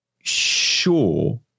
sure